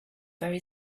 very